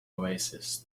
oasis